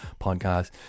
podcast